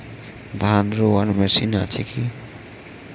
ধান রোয়ার মেশিন আছে কি?